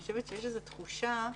יש איזו תחושה,